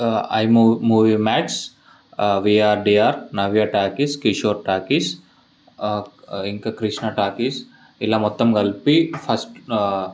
iMovie max VRDR Navya talkies Kishore talkies ఇంకా Krishna talkies ఇలా మొత్తం కలిపి ఫస్ట్